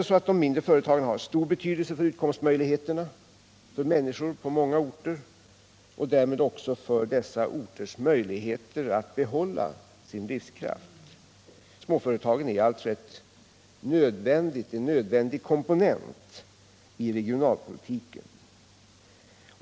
Småföretagen har ändå stor betydelse för utkomstmöjligheterna på många orter och därmed också för dessa orters möjligheter att behålla sin livskraft. Småföretagen är alltså en nödvändig komponent i näringspolitiken.